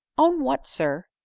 own what, sir?